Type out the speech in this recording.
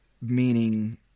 Meaning